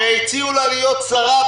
הרי הציעו לה להיות שרה,